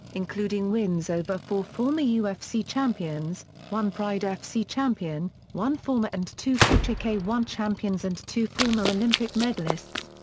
including wins over four former ufc champions, one pride fc champion, one former and two future k one champions and two former olympic medalists.